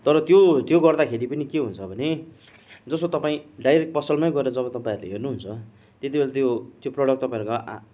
तर त्यो त्यो गर्दाखेरि पनि के हुन्छ भने जस्तो तपाईँ डाइरेक्ट पसलमै गएर जब तपाईँहरूले हेर्नुहुन्छ त्यतिबेला त्यो त्यो प्रडक्ट तपाईँहरूको आँ